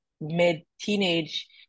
mid-teenage